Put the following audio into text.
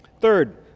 Third